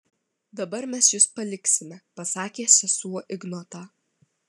dabar mes jus paliksime pasakė sesuo ignotą